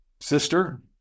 sister